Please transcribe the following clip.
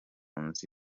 nzu